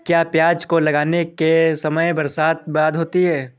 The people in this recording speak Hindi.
क्या प्याज को लगाने का समय बरसात के बाद होता है?